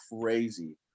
crazy